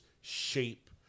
shape